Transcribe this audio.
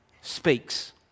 speaks